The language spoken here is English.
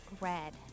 Red